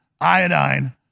iodine